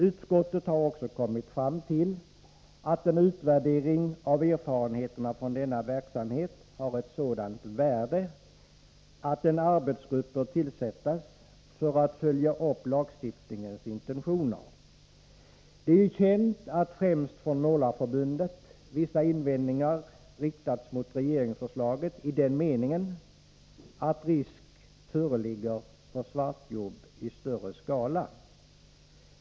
Utskottet har också kommit fram till att en utvärdering av erfarenheterna från denna verksamhet har ett sådant värde att en arbetsgrupp bör tillsättas för att följa upp lagstiftningens intentioner. Det är känt att främst Målarförbundet har riktat vissa invändningar mot regeringsförslaget, i den meningen att det föreligger risk för svartjobb i större skala.